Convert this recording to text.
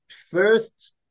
first